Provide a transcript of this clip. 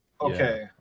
Okay